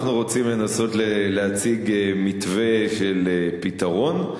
אנחנו רוצים לנסות להציג מתווה של פתרון,